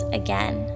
again